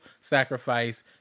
sacrifice